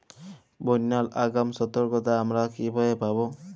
বন্যার আগাম সতর্কতা আমরা কিভাবে পাবো?